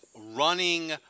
running